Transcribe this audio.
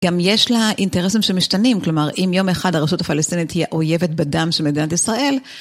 גם יש לה אינטרסים שמשתנים, כלומר, אם יום אחד הרשות הפלסטינית תהיה אויבת בדם של מדינת ישראל...